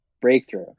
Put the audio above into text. breakthrough